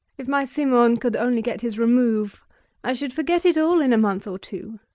if my simon could only get his remove i should forget it all in a month or two.